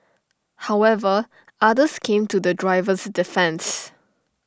however others came to the driver's defence